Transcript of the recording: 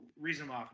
reasonable